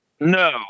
No